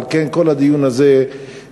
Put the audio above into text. על כן כל הדיון הזה צריך